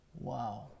Wow